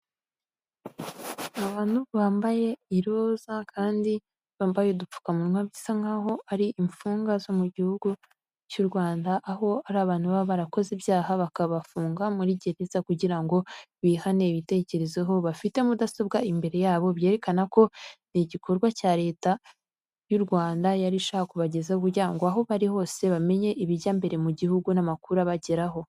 Abantu bambaye iroza kandi bambaye udupfukamunwa bisa nkaho ari imfungwa zo mu gihugu cy'u Rwanda aho ari abantu baba barakoze ibyaha bakabafunga muri gereza kugira ngo bihane, bitekerezeho, bafite mudasobwa imbere yabo byerekana ko ni igikorwa cya leta y'u Rwanda yari ishaka kubagezaho kugira ngo aho bari hose bamenye ibijya mbere mu gihugu n'amakuru abageraho.